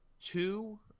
two